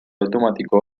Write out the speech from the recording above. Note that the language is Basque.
automatiko